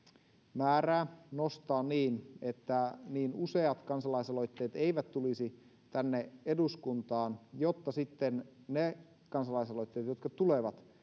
määrää nostaa niin että niin useat kansalaisaloitteet eivät tulisi tänne eduskuntaan jotta sitten ne kansalaisaloitteet jotka tulevat